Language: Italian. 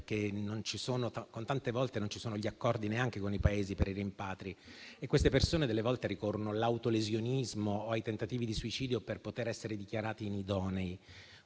perché tante volte non ci sono neanche gli accordi con i Paesi per i rimpatri. Queste persone a volte ricorrono all'autolesionismo o a tentativi di suicidio per poter essere dichiarati inidonei.